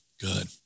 good